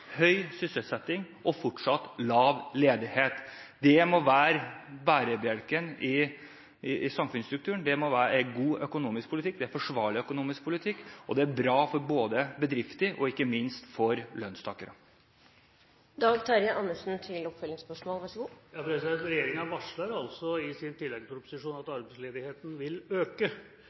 høy sysselsetting og fortsatt lav ledighet. Det må være bærebjelken i samfunnsstrukturen. Det må være god økonomisk politikk. Det er forsvarlig økonomisk politikk, og det er bra, både for bedrifter og ikke minst for lønnstakere. Regjeringa varsler altså i tilleggsproposisjonen at arbeidsledigheten vil øke, til tross for det Eriksson nå sier. Men la meg være helt konkret i